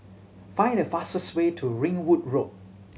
find the fastest way to Ringwood Road